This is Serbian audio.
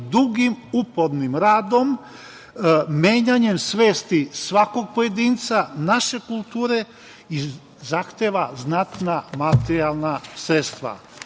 dugim upornim radom, menjanjem svesti svakog pojedinca, naše kulture i zahteva znatna materijalna sredstva. Znate,